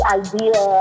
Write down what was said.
idea